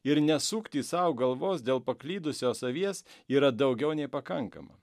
ir nesukti sau galvos dėl paklydusios avies yra daugiau nei pakankama